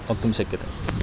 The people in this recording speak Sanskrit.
वक्तुं शक्यते